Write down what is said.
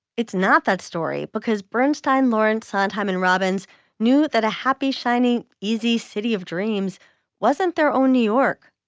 it's not that story because bernstine, lawrence sondheim and robbins knew that a happy, shiny, easy city of dreams wasn't their own new york.